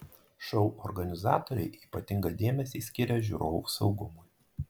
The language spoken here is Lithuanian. šou organizatoriai ypatingą dėmesį skiria žiūrovų saugumui